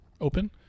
open